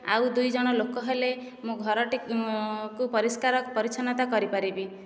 ଆଉ ଦୁଇଜଣ ଲୋକ ହେଲେ ମୁଁ ଘରଟି କୁ ପରିଷ୍କାର ପରିଛନ୍ନତା କରିପାରିବି